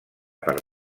per